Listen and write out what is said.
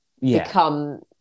become